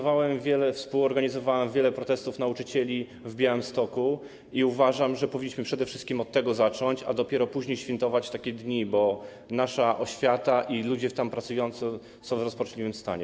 Współorganizowałem wiele protestów nauczycieli w Białymstoku i uważam, że powinniśmy przede wszystkim od tego zacząć, a dopiero później świętować takie dni, bo nasza oświata i ludzie tam pracujący są w rozpaczliwym stanie.